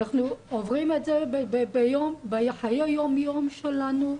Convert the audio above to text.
אנחנו עוברים את זה בחיי היום יום שלנו,